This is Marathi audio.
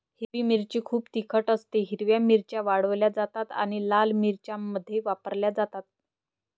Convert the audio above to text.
हिरवी मिरची खूप तिखट असतेः हिरव्या मिरच्या वाळवल्या जातात आणि लाल मिरच्यांमध्ये वापरल्या जातात